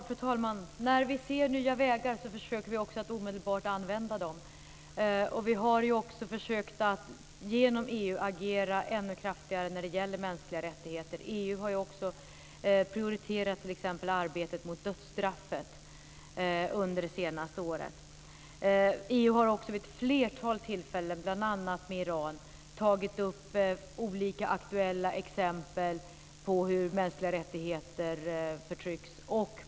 Fru talman! När vi ser nya vägar försöker vi också omedelbart att använda dem. Vi har också försökt att genom EU agera ännu kraftigare när det gäller mänskliga rättigheter. EU har ju också prioriterat t.ex. arbetet mot dödsstraffet under det senaste året. EU har också vid ett flertal tillfällen, bl.a. med Iran, tagit upp olika aktuella exempel på hur mänskliga rättigheter förtrycks.